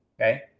Okay